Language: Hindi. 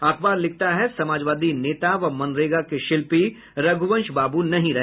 अखबार लिखता है समाजवादी नेता व मनरेगा के शिल्पी रघुवंश बाबू नहीं रहे